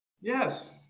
yes